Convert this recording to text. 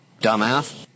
Dumbass